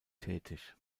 tätig